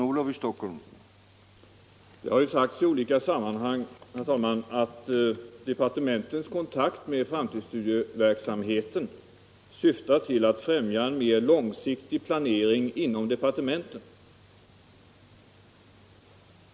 Herr talman! Det har ju sagts i alla sammanhang, att departementens kontakt med framtidsstudieverksamheten syftar till att främja en mer långsiktig planering inom departementen.